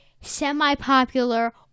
semi-popular